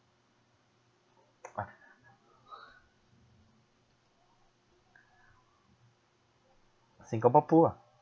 singapore pool ah